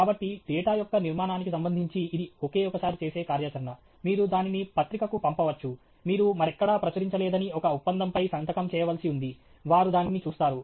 కాబట్టి డేటా యొక్క నిర్మాణానికి సంబంధించి ఇది ఒకే ఒక సారి చేసే కార్యాచరణ మీరు దానిని పత్రికకు పంపవచ్చు మీరు మరెక్కడా ప్రచురించలేదని ఒక ఒప్పందంపై సంతకం చేయవలసి ఉంది వారు దానిని చూస్తారు